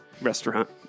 restaurant